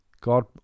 God